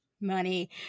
money